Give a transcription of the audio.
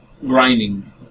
grinding